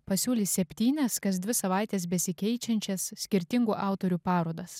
pasiūlys septynias kas dvi savaites besikeičiančias skirtingų autorių parodas